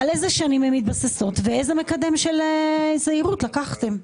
על איזה שנים הן מתבססות ואיזה מקדם של זהירות לקחתם.